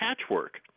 patchwork